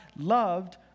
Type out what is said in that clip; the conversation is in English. loved